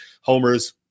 homers